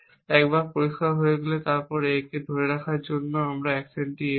একবার B পরিষ্কার হয়ে গেলে এবং তারপর A কে ধরে রাখার জন্য অ্যাকশনটি A হবে